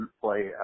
play